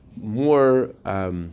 more